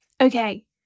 okay